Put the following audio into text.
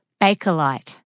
Bakelite